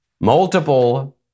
multiple